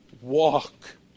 Walk